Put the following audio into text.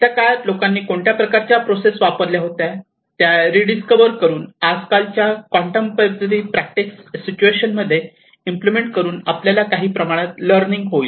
त्या काळात लोकांनी कोणत्या प्रकारच्या प्रोसेस वापरल्या होत्या त्या रीडिस्कवर करून आजकालच्या कॉंटेम्पोरारी प्रॅक्टिस सिच्युएशन मध्ये इम्प्लिमेंट करून आपल्याला काही प्रमाणात लर्निंग होईल